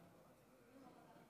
עקום.